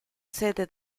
sede